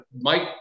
Mike